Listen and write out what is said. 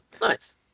Nice